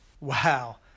Wow